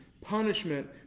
punishment